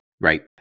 Right